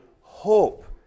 hope